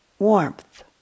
Warmth